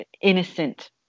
innocent